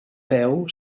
peu